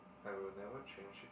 I will never change it